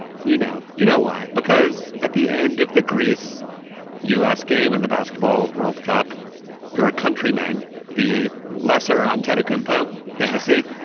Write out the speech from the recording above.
you know you know why. because at the end of the greece u s. game in the basketball world cup your countrymen the lesser antetokounmpo fantasy